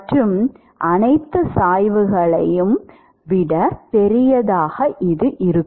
மற்றும் மற்ற அனைத்து சாய்வுகளை விட பெரியதாக இருக்கும்